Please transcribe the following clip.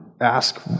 ask